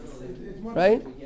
right